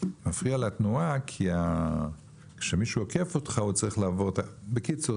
מפריע לתנועה כי כשמישהו עוקף אותך הוא צריך לעבור בקיצור